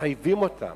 מחייבים אותן